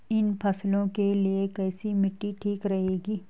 इन फसलों के लिए कैसी मिट्टी ठीक रहेगी?